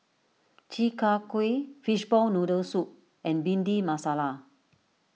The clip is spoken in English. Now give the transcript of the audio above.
Chi Kak Kuih Fishball Noodle Soup and Bhindi Masala